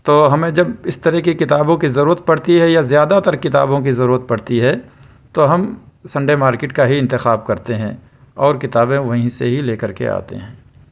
تو ہمیں جب اس طریقے کی کتابوں کی ضرورت پڑتی ہے یا زیادہ تر کتابوں کی ضرورت پڑتی ہے تو ہم سنڈے مارکیٹ کا ہی انتخاب کرتے ہیں اور کتابیں وہیں سے ہی لے کر کے آتے ہیں